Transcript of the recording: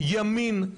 ימין,